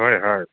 হয় হয়